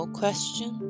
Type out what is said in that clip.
question